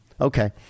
Okay